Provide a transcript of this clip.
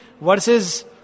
versus